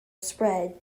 spread